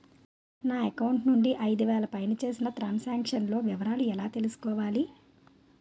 నా అకౌంట్ నుండి ఐదు వేలు పైన చేసిన త్రం సాంక్షన్ లో వివరాలు ఎలా తెలుసుకోవాలి?